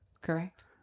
correct